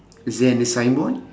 is there any signboard